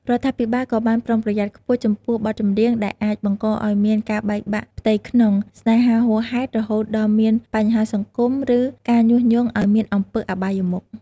រដ្ឋាភិបាលក៏បានប្រុងប្រយ័ត្នខ្ពស់ចំពោះបទចម្រៀងដែលអាច បង្កឱ្យមានការបែកបាក់ផ្ទៃក្នុង ស្នេហាហួសហេតុរហូតដល់មានបញ្ហាសង្គម ឬការញុះញង់ឱ្យមានអំពើអបាយមុខ។